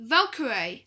Valkyrie